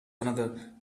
another